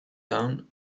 down